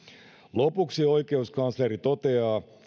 lopuksi oikeuskansleri toteaa